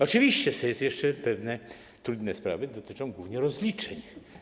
Oczywiście są jeszcze pewne trudne sprawy dotyczące głównie rozliczeń.